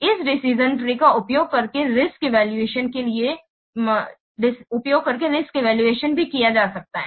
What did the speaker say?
इसलिए इस decision tree का उपयोग रिस्क इवैल्यूएशन के लिए भी किया जा सकता है